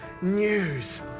news